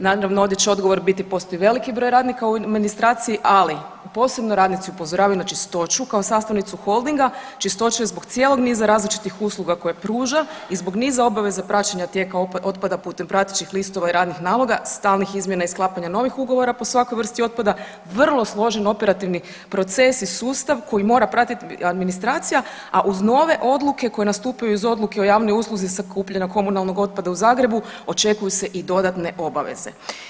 Naravno ovdje će dogovor postoji veliki broj radnika u administraciji, ali posebno radnici upozoravaju na Čistoću kao sastavnicu Holdinga, Čistoća je zbog cijelog niza različitih usluga koje pruža i zbog niza obaveza praćenja tijeka otpada putem pratećih listova i radnih naloga stalnih izmjena i sklapanja novih ugovora po svakoj vrsti otpada vrlo složen operativni proces i sustav koji mora pratiti administracija, a uz nove odluke koje nastupaju iz odluke o javnoj usluzi sakupljanja komunalnog otpada u Zagrebu očekuju se i dodatne obaveze.